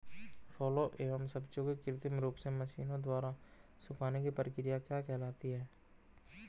फलों एवं सब्जियों के कृत्रिम रूप से मशीनों द्वारा सुखाने की क्रिया क्या कहलाती है?